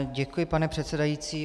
Děkuji, pane předsedající.